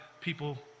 people